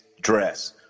dress